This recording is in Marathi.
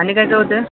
आणि काय काय होतं आहे